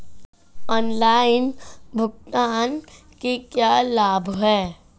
Online भुगतान के क्या लाभ हैं?